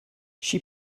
she